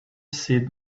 seen